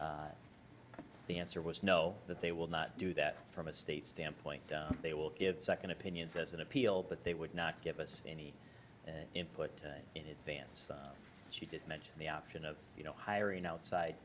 the answer was no that they will not do that from a state standpoint they will get second opinions as an appeal but they would not give us any input in advance she did mention the option of you know hiring outside